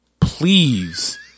please